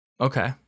Okay